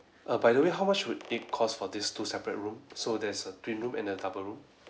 err by the way how much would it cost for these two separate room so there's a twin room and a double room